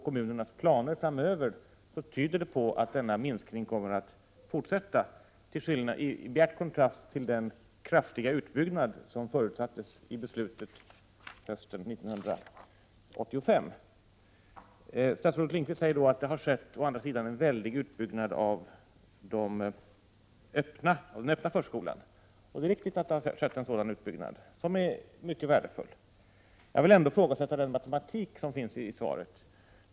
Kommunernas planer framöver tyder på att denna minskning kommer att fortsätta, i bjärt kontrast till den kraftiga utbyggnad som förutsattes i beslutet hösten 1985. Statsrådet Lindqvist säger att det å andra sidan skett en kraftig utbyggnad av den öppna förskolan. Det är riktigt och mycket värdefullt. Jag vill dock ifrågasätta den matematik som redovisas i svaret.